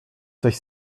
coś